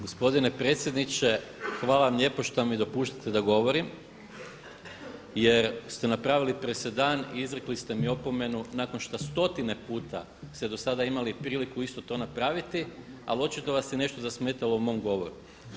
Gospodine predsjedniče, hvala vam lijepo što mi dopuštate da govorim jer ste napravili presedan i izrekli ste mi opomenu nakon što stotinu puta ste do sada imali priliku isto to napraviti, ali očito vas je nešto zasmetalo u mom govoru.